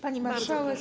Pani Marszałek!